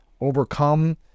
overcome